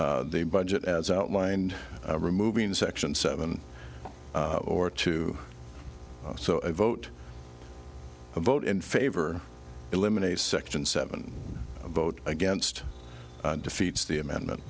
the budget as outlined removing section seven or two so a vote a vote in favor eliminates section seven vote against defeats the amendment